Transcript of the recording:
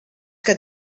que